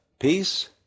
peace